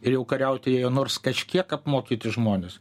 ir jau kariauti ėjo nors kažkiek apmokyti žmones